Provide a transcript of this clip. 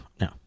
no